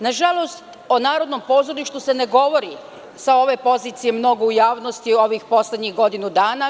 Nažalost o Narodnom pozorištu se ne govori sa ove pozicije mnogo u javnosti u ovih poslednjim godinu dana.